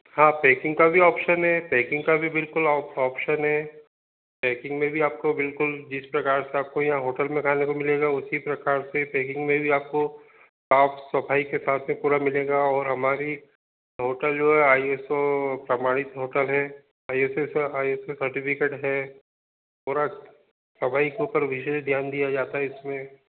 हाँ पैकिंग का भी ऑप्शन है पैकिंग का भी बिलकुल ऑप्शन है पैकिंग में भी आपको बिलकुल जिस प्रकार से आपको यहाँ होटल में खाने को मिलेगा उसी प्रकार से पैकिंग में भीआपको साफ सफाई के साथ में पूरा मिलेगा और हमारी होटल जो है आई एस ओ प्रमाणित होटल है आई एस ओ से आई एस ओ सर्टिफिकेट है पूरा सफाई के ऊपर विशेष ध्यान दिया जाता है इसमें